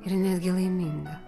ir netgi laiminga